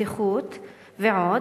בבטיחות ועוד.